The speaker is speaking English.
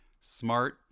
smart